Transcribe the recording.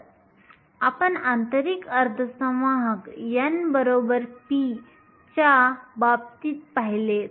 तर आपण आंतरिक अर्धसंवाहक n p च्या बाबतीत पाहिले